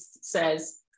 says